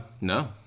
No